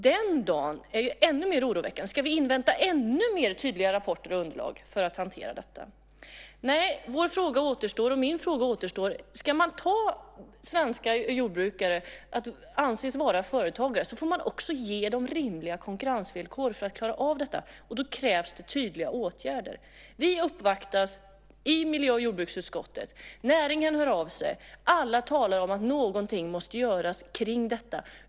Den dagen är ännu mer oroväckande. Ska vi invänta ännu fler tydliga rapporter och olika underlag för att hantera detta? Nej, min fråga återstår: Ska svenska jordbrukare anses vara företagare får man också ge dem rimliga konkurrensvillkor för att klara av det. Då krävs tydliga åtgärder. Vi uppvaktas i miljö och jordbruksutskottet, näringen hör av sig, och alla talar om att någonting måste göras.